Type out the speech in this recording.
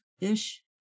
ish